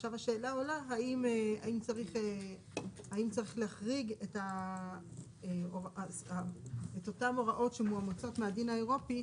השאלה אם צריך להחריג את אותן הוראות שמאומצות מהדין האירופי,